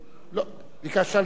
ביקשת לדבר בעניין זה?